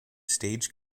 stage